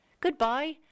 Goodbye